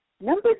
Number